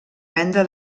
venda